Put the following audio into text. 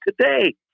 today